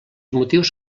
motius